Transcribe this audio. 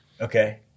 Okay